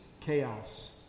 chaos